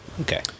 Okay